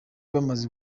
bamaze